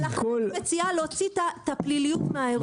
ולכן אני מציעה להוציא את הפליליות מהאירוע.